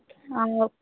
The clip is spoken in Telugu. ఓ